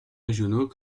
régionaux